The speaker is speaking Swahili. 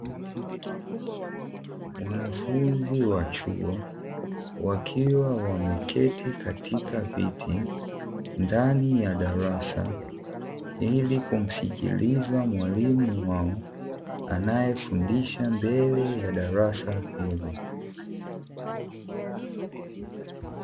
Wanafunzi wa chuo wakiwa wameketi katika viti ndani ya darasa, ili kumsikiliza mwalimu anayefundisha mbele ya darasa hilo.